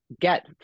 get